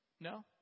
No